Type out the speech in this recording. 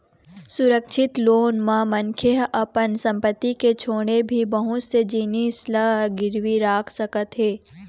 सुरक्छित लोन म मनखे ह अपन संपत्ति के छोड़े भी बहुत से जिनिस ल गिरवी राख सकत हे